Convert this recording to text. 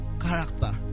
character